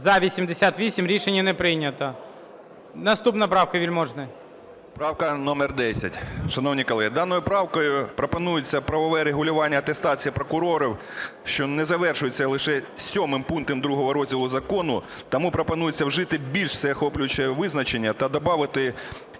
За-88 Рішення не прийнято. Наступна правка – Вельможний. 12:55:21 ВЕЛЬМОЖНИЙ С.А. Правка номер 10. Шановні колеги, даною правкою пропонується правове регулювання атестації прокурорів, що не завершується лише 7 пунктом ІІ розділу закону, тому пропонується вжити більш всеохоплююче визначення та добавити,